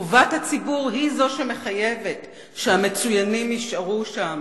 דווקא טובת הציבור היא זו שמחייבת שהמצוינים יישארו שם